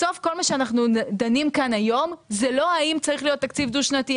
בסוף כל מה שאנחנו דנים כאן היום זה לא האם צריך להיות תקציב דו שנתי,